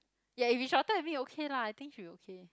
ya if he shorter than me okay lah I think should be okay